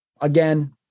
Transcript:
again